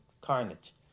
carnage